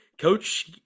Coach